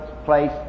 place